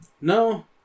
No